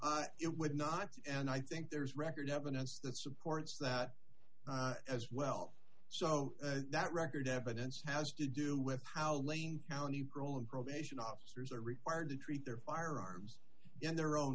it would not and i think there's record evidence that supports that as well so that record evidence has to do with how lame county grohl and probation officers are required to treat their firearms in their own